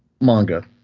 manga